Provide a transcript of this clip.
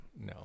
No